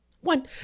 one